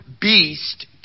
beast